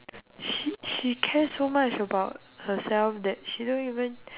she she care so much about herself that she don't even